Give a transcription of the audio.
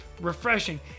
refreshing